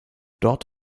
dort